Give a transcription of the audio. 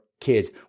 Kids